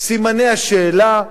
סימני השאלה,